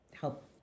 help